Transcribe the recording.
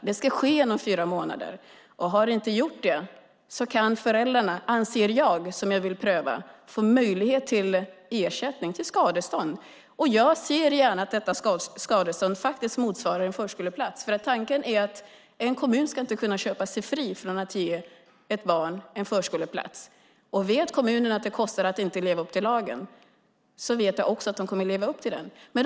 Det ska ske inom fyra månader, och har det inte gjort det kan föräldrarna - anser jag, och det vill jag pröva - få möjlighet till skadestånd. Jag ser gärna att detta skadestånd faktiskt motsvarar en förskoleplats, för tanken är att en kommun inte ska kunna köpa sig fri från att ge ett barn förskoleplats. Vet kommunen att det kostar att inte leva upp till lagen vet jag också att kommunen kommer att leva upp till lagen.